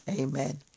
Amen